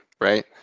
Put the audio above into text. right